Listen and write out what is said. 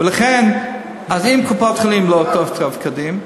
ולכן, אם בקופות-חולים לא מתפקדים,